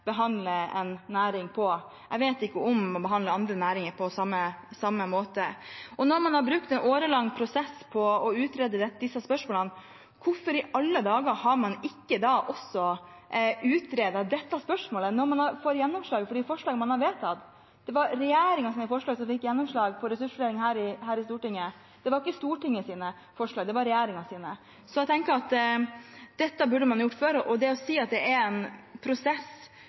behandle en næring på. Jeg vet ikke om man behandler andre næringer på samme måte. Når man har brukt en årelang prosess på å utrede disse spørsmålene, hvorfor i alle dager har man ikke da også utredet dette spørsmålet, når man har fått gjennomslag for de forslagene man har vedtatt? Det var regjeringens forslag som fikk gjennomslag på ressursfordeling her i Stortinget. Det var ikke Stortingets forslag; det var regjeringens. Jeg tenker at dette burde man gjort før. Og til det å si at dette er en prosess